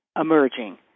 emerging